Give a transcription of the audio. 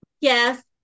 Yes